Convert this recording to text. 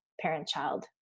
parent-child